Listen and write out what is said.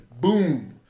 Boom